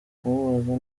kumubaza